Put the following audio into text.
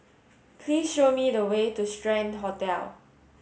please show me the way to Strand Hotel